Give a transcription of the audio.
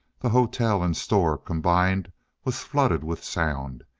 the hotel and store combined was flooded with sound,